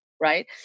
Right